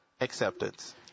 acceptance